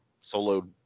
solo